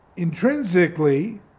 Intrinsically